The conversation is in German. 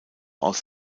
aus